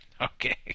Okay